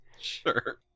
Sure